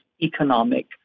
economic